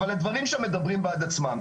אבל הדברים שמדברים בעד עצמם.